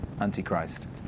Antichrist